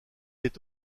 est